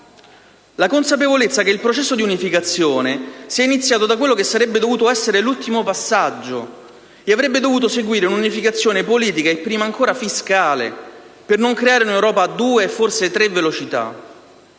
la consapevolezza che il processo di unificazione sia iniziato da quello che sarebbe dovuto essere l'ultimo passaggio e avrebbe dovuto seguire un'unificazione politica e prima ancora fiscale, per non creare un'Europa a due o forse a tre velocità?